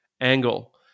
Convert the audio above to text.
angle